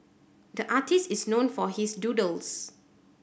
the artist is known for his doodles